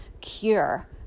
cure